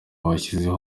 washyizeho